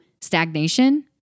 stagnation